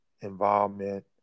involvement